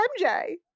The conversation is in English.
MJ